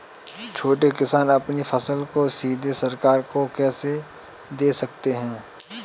छोटे किसान अपनी फसल को सीधे सरकार को कैसे दे सकते हैं?